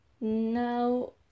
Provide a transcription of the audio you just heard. Now